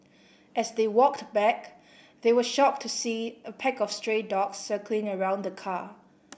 as they walked back they were shocked to see a pack of stray dogs circling around the car